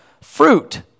fruit